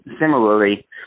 Similarly